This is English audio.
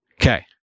Okay